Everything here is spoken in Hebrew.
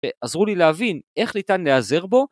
ועזרו לי להבין איך ניתן להעזר בו.